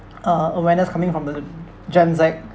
uh awareness coming from the gen Z